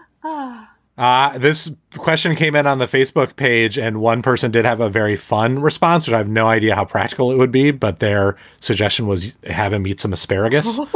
but ah this question came in on the facebook page. and one person did have a very fun response that i have no idea how practical it would be. but their suggestion was have him eat some asparagus,